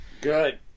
Good